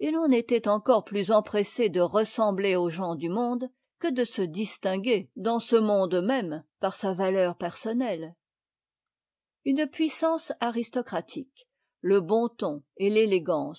et l'on était encore plus empressé dei'ressembler aux gens du monde que de se distinguer dans ce monde même par sa valeur personnelle une puissance aristocratique le bon ton et é éganée